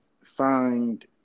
find